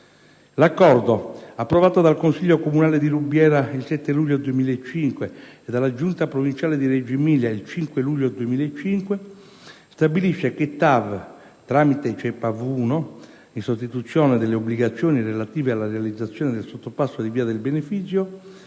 L'accordo, approvato dal consiglio comunale di Rubiera il 7 luglio del 2005 e dalla giunta provinciale di Reggio Emilia il 5 luglio del 2005, stabilisce che TAV, tramite Cepav Uno, in sostituzione delle obbligazioni relative alla realizzazione del sottopasso di via del Benefizio,